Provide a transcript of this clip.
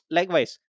Likewise